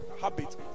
habit